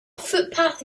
footpath